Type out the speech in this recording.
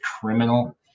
criminal